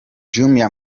jumia